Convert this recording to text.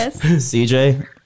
CJ